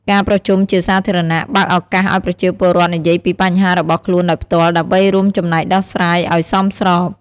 ការប្រជុំជាសាធារណៈ បើកឱកាសឲ្យប្រជាពលរដ្ឋនិយាយពីបញ្ហារបស់ខ្លួនដោយផ្ទាល់ ដើម្បីរួមចំណែកដោះស្រាយឲ្យសមស្រប។